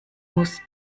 muss